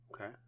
Okay